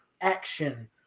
action